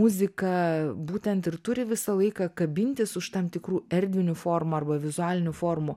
muzika būtent ir turi visą laiką kabintis už tam tikrų erdvinių formų arba vizualinių formų